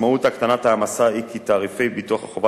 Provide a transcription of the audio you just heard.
משמעות הקטנת ההעמסה היא שתעריפי ביטוח החובה